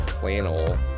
flannel